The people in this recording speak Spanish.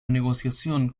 negociación